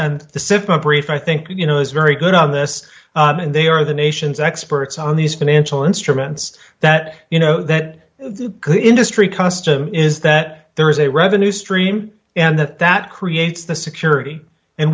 and the sip a brief i think you know is very good on this they are the nation's experts on these financial instruments that you know that the industry custom is that there is a revenue stream and that that creates the security and